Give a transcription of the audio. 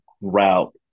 route